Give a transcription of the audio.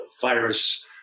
virus